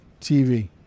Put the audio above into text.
TV